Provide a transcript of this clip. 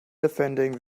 defending